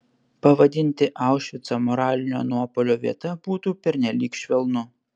pavadinti aušvicą moralinio nuopuolio vieta būtų pernelyg švelnu